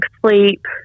sleep